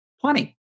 Plenty